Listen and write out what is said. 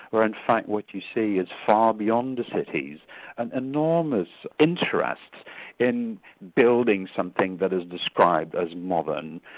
where in fact what you see is far beyond the cities an enormous interest in building something that is described as modern.